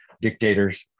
dictators